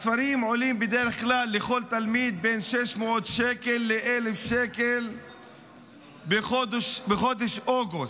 הספרים עולים בדרך כלל לכל תלמיד בין 600 שקל ל-1,000 שקל בחודש אוגוסט.